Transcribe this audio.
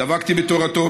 דבקתי בתורתו,